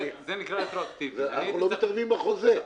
אנחנו לא מתערבים בחוזה.